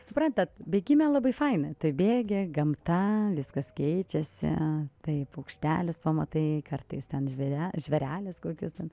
suprantat bėgime labai faina taip bėgi gamta viskas keičiasi tai paukštelius pamatai kartais ten žve žvėrelius kokius ten